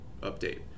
update